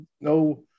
no